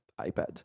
ipad